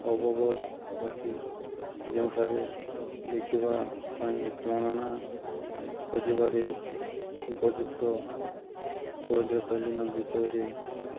ଅବଗତ ଅଛି ଯେଉଁଠାରେ ଲେଖିବା ପାଇଁ ଖୋଜିବାରେ ଉପଯୁକ୍ତ ବିଷୟରେ